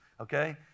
Okay